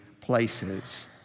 places